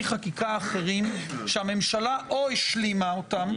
חקיקה אחרים שהממשלה או השלימה אותם,